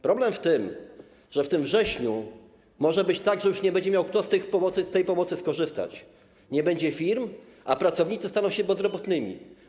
Problem w tym, że we wrześniu może być tak, że już nie będzie miał kto z tej pomocy skorzystać, nie będzie firm, a pracownicy staną się bezrobotnymi.